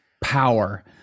power